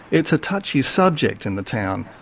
it's a touchy subject in the town.